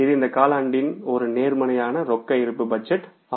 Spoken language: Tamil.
இது இந்த காலாண்டின் ஒரு நேர்மறையான ரொக்க இருப்பு பட்ஜெட் ஆகும்